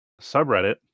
subreddit